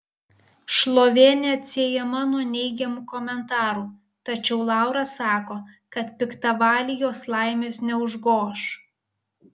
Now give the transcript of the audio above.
šlovė neatsiejama nuo neigiamų komentarų tačiau laura sako kad piktavaliai jos laimės neužgoš